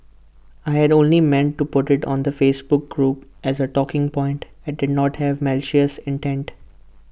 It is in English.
I'd only meant to put IT on the Facebook group as A talking point and did not have malicious intent